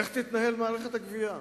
איך תתנהל מערכת הגבייה?